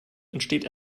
entsteht